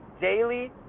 daily